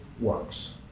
works